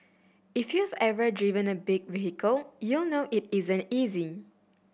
if you've ever driven a big vehicle you'll know it isn't easy